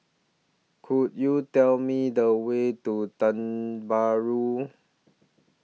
Could YOU Tell Me The Way to Tiong Bahru